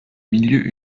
milieux